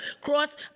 cross